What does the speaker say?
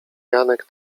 janek